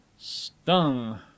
Stung